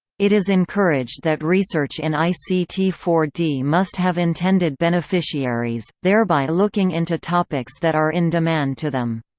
it is encouraged that research in i c t four d must have intended beneficiaries, thereby looking into topics that are in-demand to them.